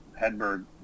Hedberg